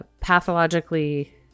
pathologically